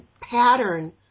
pattern